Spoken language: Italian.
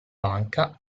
banca